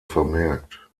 vermerkt